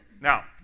Now